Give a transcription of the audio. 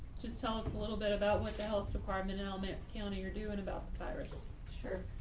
just tell us a little bit about what the health department alamance county are doing about the pirates. sure.